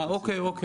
אה, אוקיי.